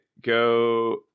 go